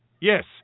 Yes